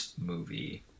movie